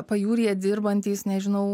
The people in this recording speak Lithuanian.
pajūryje dirbantys nežinau